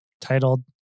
titled